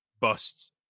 Busts